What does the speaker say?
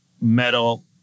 metal